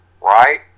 right